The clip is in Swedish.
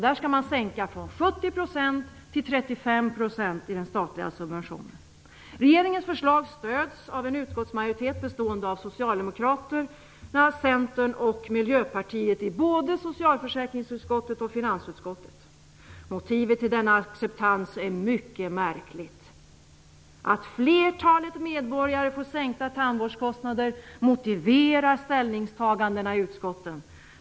Där skall man minska från 70% till 35% i den statliga subventionen. Regeringens förslag stöds av en utskottsmajoritet bestående av Socialdemokraterna, Centern och Miljöpartiet i både socialförsäkringsutskottet och finansutskottet. Motivet till denna acceptans är mycket märkligt. Att flertalet medborgare får sänkta tandvårdskostnader motiverar ställningstagandena i utskotten.